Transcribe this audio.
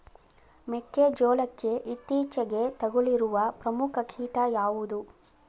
ಮೆಕ್ಕೆ ಜೋಳಕ್ಕೆ ಇತ್ತೀಚೆಗೆ ತಗುಲಿರುವ ಪ್ರಮುಖ ಕೀಟ ಯಾವುದು?